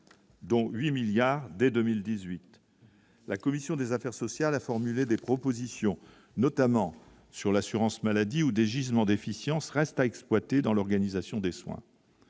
dont 8 milliards dès 2018. La commission des affaires sociales a formulé des propositions, notamment sur l'assurance maladie ou des gisements d'efficience restent à exploiter dans l'organisation des soins,